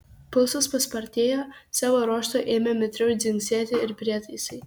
pulsas paspartėjo savo ruožtu ėmė mitriau dzingsėti ir prietaisai